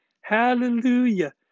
hallelujah